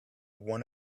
one